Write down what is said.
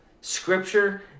Scripture